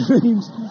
dreams